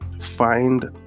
find